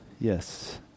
Yes